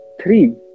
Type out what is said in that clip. Three